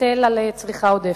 היטל על צריכה עודפת.